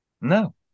No